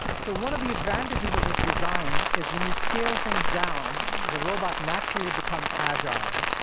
so one of the advantages of this design is when you scale things down, the robot naturally becomes agile.